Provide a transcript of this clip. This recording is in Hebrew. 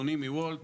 עמרי מוולט